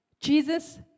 Jesus